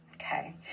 Okay